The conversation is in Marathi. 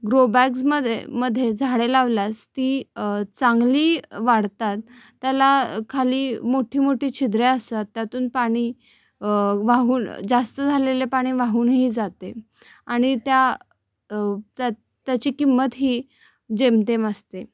ग्रोबॅग्समधे मध्ये झाडे लावल्यास ती चांगली वाढतात त्याला खाली मोठी मोठी छिद्रे असतात त्यातून पाणी वाहून जास्त झालेले पाणी वाहूनही जाते आणि त्या त्या त्याची किंमतही जेमतेम असते